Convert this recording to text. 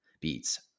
beats